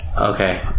Okay